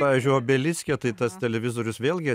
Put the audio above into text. pavyzdžiui obeliske tai tas televizorius vėlgi